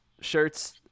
shirts